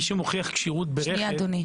מי שמוכיח כשירות לנהיגה ברכב,